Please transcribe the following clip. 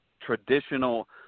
traditional